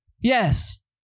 yes